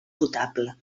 potable